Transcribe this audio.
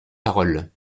parole